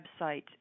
website